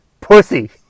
pussy